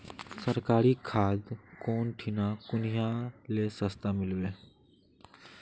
सरकारी खाद कौन ठिना कुनियाँ ले सस्ता मीलवे?